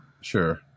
Sure